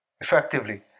effectively